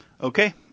okay